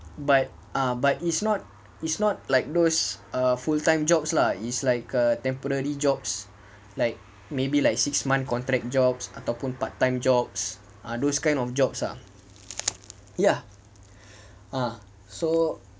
but ah but it's not it's not like those or full-time jobs lah it's like a temporary jobs like maybe like six month contract jobs ataupun part-time jobs are those kind of jobs ah ya ah so